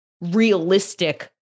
realistic